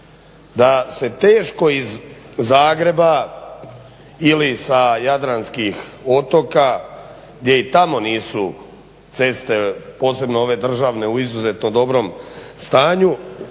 da se teško iz Zagreba ili sa jadranskih otoka gdje i tamo nisu ceste posebno ove državne u izuzetno dobrom stanju,